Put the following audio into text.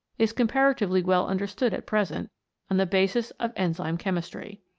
is comparatively well understood at present on the basis of enzyme-chemistry.